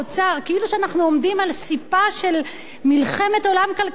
כאילו אנחנו עומדים על סִפה של מלחמת עולם כלכלית,